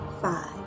five